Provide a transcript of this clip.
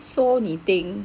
so 你 think